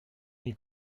n’y